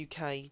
UK